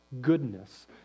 goodness